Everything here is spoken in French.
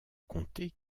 comtés